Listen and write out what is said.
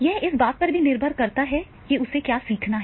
यह इस बात पर भी निर्भर करता है कि उसे क्या सीखना है